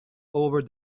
over